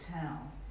town